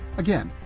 again,